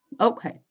Okay